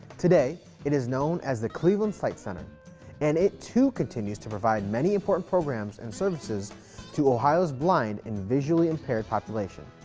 today, it is known as the cleveland sight center and it too continues to provide many important programs and services to ohio's blind and visually impaired population.